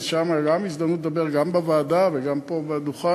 אז יש גם הזדמנות לדבר גם בוועדה וגם פה בדוכן.